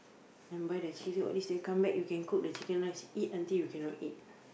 and buy the chilli all these come back you can cook the chicken rice eat until you cannot eat